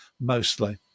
mostly